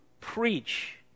preach